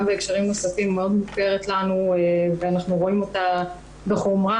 בהקשרים אחרים מאוד מוכרת לנו ואנחנו רואים אותה בחומרה,